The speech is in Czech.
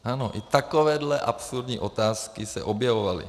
Ano, i takovéto absurdní otázky se objevovaly.